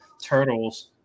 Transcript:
turtles